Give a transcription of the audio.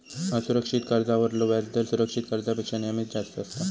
असुरक्षित कर्जावरलो व्याजदर सुरक्षित कर्जापेक्षा नेहमीच जास्त असता